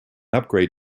upgrade